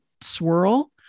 swirl